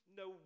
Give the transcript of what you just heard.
no